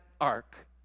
ark